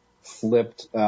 flipped –